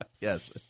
Yes